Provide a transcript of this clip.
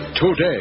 Today